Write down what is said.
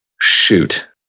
shoot